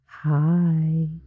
Hi